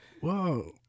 Whoa